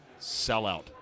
sellout